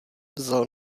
vzal